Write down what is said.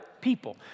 people